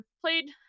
played